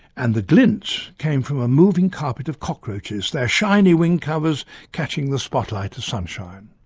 and the glints came from a moving carpet of cockroaches, their shiny wing covers catching the spotlight of sunshine.